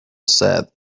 said